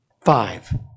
Five